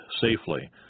safely